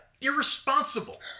irresponsible